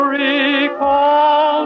recall